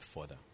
further